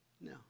No